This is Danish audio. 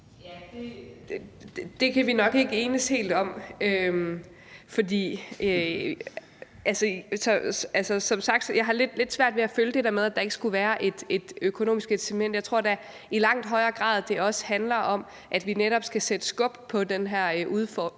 (S): Det kan vi nok ikke enes helt om. Jeg har som sagt lidt svært ved at følge det der med, at der ikke skulle være et økonomisk incitament. Jeg tror da, at det i langt højere grad handler om, at vi netop skal sætte skub i den her udfasning